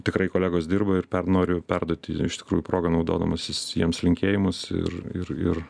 tikrai kolegos dirba ir per noriu perduoti iš tikrųjų proga naudodamasis jiems linkėjimus ir ir ir